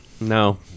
No